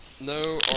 no